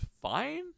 fine